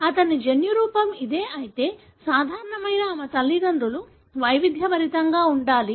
అతని జన్యురూపం ఇదే అయితే సాధారణమైన ఆమె తల్లిదండ్రులు వైవిధ్యభరితంగా ఉండాలి